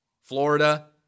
Florida